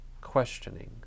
questioning